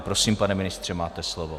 Prosím pane ministře, máte slovo.